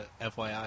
FYI